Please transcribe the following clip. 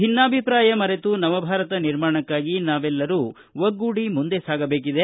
ಭಿನ್ನಾಭಿಪ್ರಾಯ ಮರೆತು ನವಭಾರತ ನಿರ್ಮಾಣಕ್ಕಾಗಿ ನಾವೆಲ್ಲರೂ ಒಗ್ಗೂಡಿ ಮುಂದೆ ಸಾಗಬೇಕಿದೆ